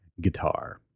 guitar